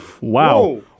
Wow